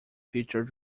future